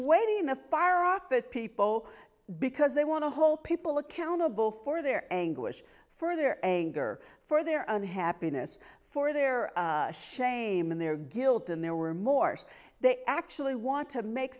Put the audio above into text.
waiting in the fire off that people because they want to hold people accountable for their anguish further anger for their own happiness for their shame and their guilt and there were more they actually want to make